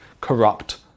corrupt